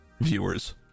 viewers